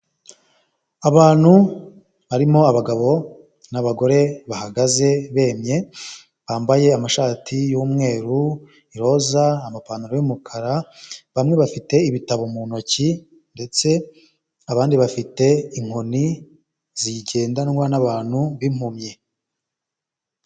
Abantu barimo abagabo n'abagore bahagaze bemye bambaye amashati y'umweru, iroza, amapantaro y'umukara. Bamwe bafite ibitabo mu ntoki ndetse abandi bafite inkoni zigendanwa n'abantu b'impumyi.